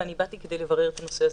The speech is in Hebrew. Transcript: ואני באתי כדי לברר את הנושא הזה.